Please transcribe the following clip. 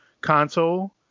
console